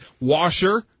washer